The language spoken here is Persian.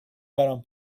برام